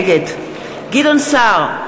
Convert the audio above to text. נגד גדעון סער,